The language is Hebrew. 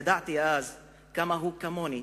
ידעתי אז כמה הוא, כמוני,